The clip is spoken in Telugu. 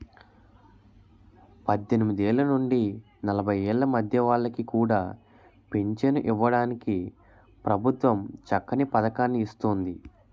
పద్దెనిమిదేళ్ల నుండి నలభై ఏళ్ల మధ్య వాళ్ళకి కూడా పెంచను ఇవ్వడానికి ప్రభుత్వం చక్కని పదకాన్ని ఇస్తోంది